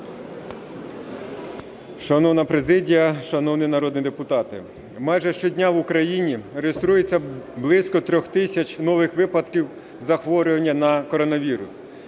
Шановна президія, шановні народні депутати! Майже щодня в Україні реєструється близько 3 тисяч нових випадків захворювання на коронавірус.